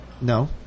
No